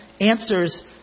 answers